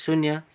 शून्य